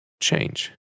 change